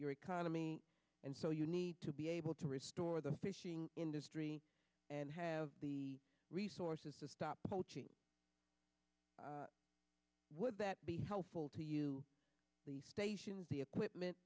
your economy and so you need to be able to restore the fishing industry and have the resources to stop poaching would that be helpful to you the stations the equipment